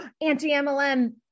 anti-MLM